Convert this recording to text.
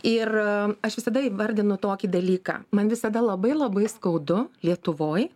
ir aš visada įvardinu tokį dalyką man visada labai labai skaudu lietuvoj